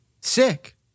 sick